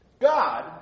God